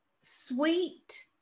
sweet